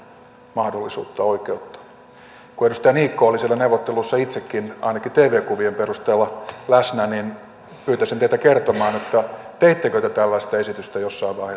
kun edustaja niikko oli siellä neuvotteluissa itsekin ainakin tv kuvien perusteella läsnä niin pyytäisin teitä kertomaan teittekö te tällaista esitystä jossain vaiheessa näitä neuvotteluja